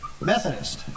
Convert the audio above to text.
Methodist